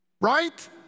right